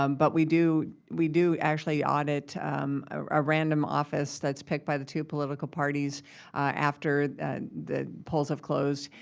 um but we do we do actually audit a random office that's picked by the two political parties after the polls have closed,